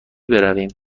برویم